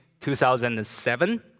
2007